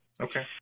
okay